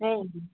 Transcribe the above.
नेईं